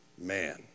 man